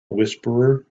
whisperer